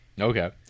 Okay